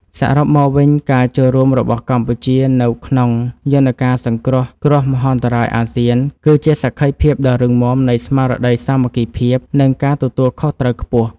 សរុបមកវិញការចូលរួមរបស់កម្ពុជានៅក្នុងយន្តការសង្គ្រោះគ្រោះមហន្តរាយអាស៊ាន គឺជាសក្ខីភាពដ៏រឹងមាំនៃស្មារតីសាមគ្គីភាព និងការទទួលខុសត្រូវខ្ពស់។